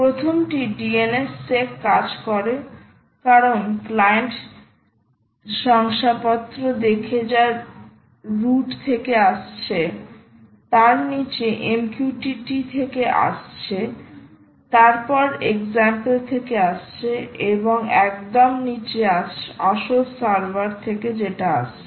প্রথমটি DNSSEC কাজ করে কারণ ক্লায়েন্ট শংসাপত্র দেখে যা রুট থেকে আসছে তার নিচে MQTT থেকে আসছে তারপর example থেকে আসছে এবং একদম নিচে আসল সার্ভার থেকে যেটা আসছে